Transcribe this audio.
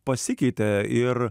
pasikeitė ir